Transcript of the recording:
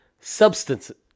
Substances